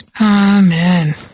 Amen